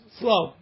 slow